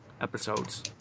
episodes